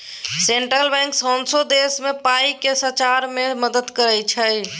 central bank सौंसे देश मे पाइ केँ सचार मे मदत करय छै